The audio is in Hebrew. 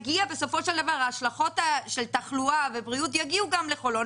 ההשלכות של התחלואה יגיעו גם לחולון.